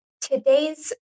today's